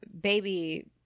baby